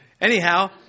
Anyhow